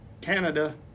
Canada